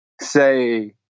say